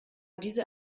diese